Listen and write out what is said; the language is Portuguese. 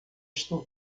estou